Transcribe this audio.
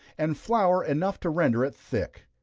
and flour enough to render it thick.